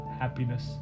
happiness